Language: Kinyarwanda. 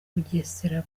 bugesera